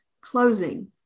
closing